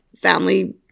family